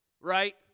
right